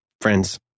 friends